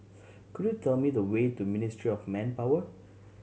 could you tell me the way to Ministry of Manpower